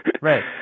right